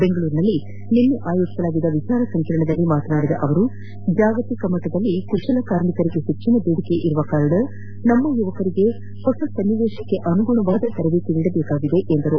ಬೆಂಗಳೂರಿನಲ್ಲಿ ನಿನ್ನೆ ಆಯೋಜಿಸಿದ್ದ ವಿಚಾರ ಸಂಕಿರಣದಲ್ಲಿ ಮಾತನಾಡಿದ ಅವರು ಜಾಗತಿಕ ಮಟ್ಟದಲ್ಲಿ ಕುಶಲ ಕಾರ್ಮಿಕರಿಗೆ ಹೆಚ್ಚಿನ ಬೇಡಿಕೆ ಇರುವುದರಿಂದ ನಮ್ನ ಯುವಕರನ್ನು ಹೊಸ ಸನ್ನಿವೇಶಕ್ಕೆ ಅನುಗುಣವಾದ ತರಬೇತಿ ನೀಡಬೇಕಾಗಿದೆ ಎಂದರು